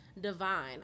Divine